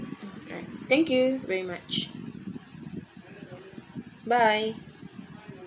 thank you very much bye